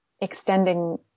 extending